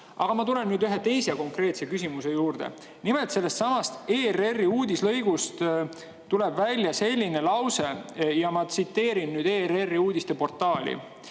Ma tulen nüüd ühe teise konkreetse küsimuse juurde. Nimelt, sellestsamast ERR‑i uudislõigust tuleb välja selline lause, ma tsiteerin nüüd ERR‑i uudisteportaali: